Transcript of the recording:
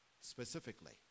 specifically